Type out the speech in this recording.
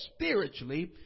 spiritually